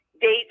dates